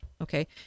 okay